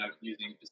using